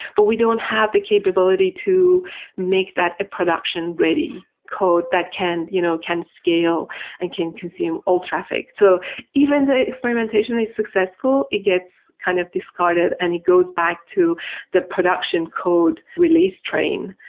but we don't have the capability to make that a production ready code that can you know can scale and can consume all traffic. so even the experimentation is successful, it gets kind of discarded and it goes back to the production code release release train,